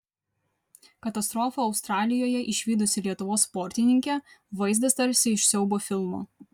katastrofą australijoje išvydusi lietuvos sportininkė vaizdas tarsi iš siaubo filmo